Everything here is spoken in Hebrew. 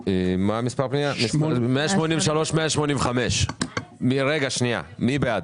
183 185, מי בעד?